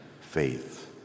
faith